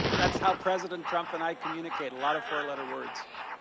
that is how president trump and i communicate a lot of four letter words,